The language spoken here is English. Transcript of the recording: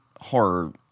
horror